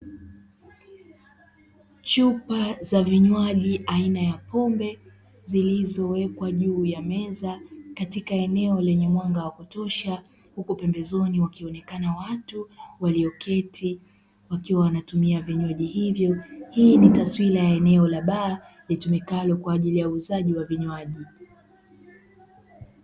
Chupa za vinywaji aina ya pombe zilizowekwa juu ya meza katika eneo lenye mwanga wa kutosha, huku pembezoni wakionekana watu walioketi wakiwa wanatumia vinywaji hivyo. Hii ni taswira ya eneo la baa litumikalo kwa ajili ya uuzaji wa vinywaji.